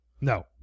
No